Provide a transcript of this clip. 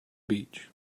beach